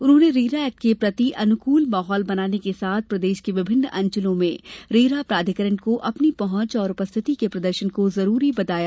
उन्होंने RERA act के प्रति अनुकूल माहौल बनाने के साथ प्रदेश के विभिन्न अंचलों में रेरा प्राधिकरण को अपनी पहुंच और उपस्थिति के प्रदर्शन को जरूरी बताया